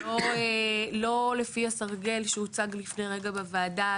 לא לפי הסרגל שהוצג לפני רגע בוועדה,